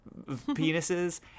penises